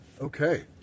Okay